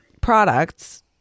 products